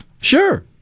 Sure